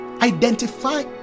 identify